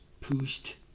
pushed